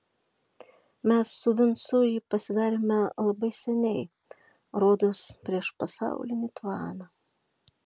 mes su vincu jį pasidarėme labai seniai rodos prieš pasaulinį tvaną